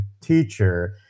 teacher